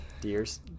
deers